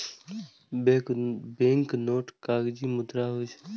banknote कागजी मुद्रा होइ छै